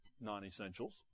non-essentials